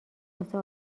واسه